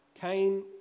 Cain